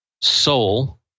soul